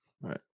right